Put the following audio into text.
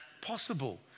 possible